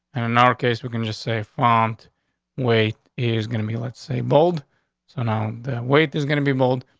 and in our case, we can just say font wait is gonna be let's say, bold so now the wait is gonna be bold.